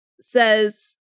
says